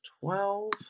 Twelve